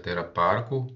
tai yra parkų